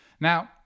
now